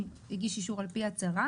אם הגיש אישור על-פי הצהרה